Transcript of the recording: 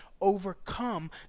Overcome